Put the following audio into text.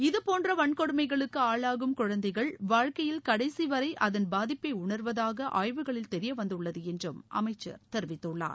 இதபோன்ற வன்கொடுமைகளுக்கு ஆளாகும் குழந்தைகள் வாழ்க்கையில் கடைசி வரை அதன் பாதிப்பை உணர்வதாக ஆய்வுகளில் தெரியவந்துள்ளது என்றும் அமைச்சர் தெரிவித்துள்ளார்